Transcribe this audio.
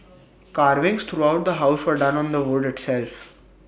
carvings throughout the house were done on the wood itself